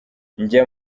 njya